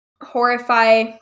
horrify